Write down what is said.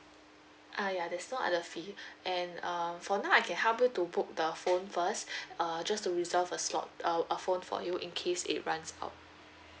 uh ya there's no other fee and uh for now I can help you to book the phone first err just to reserve a slot uh a phone for you in case it runs out